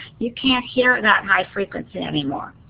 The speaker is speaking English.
you can't hear that high frequency anymore.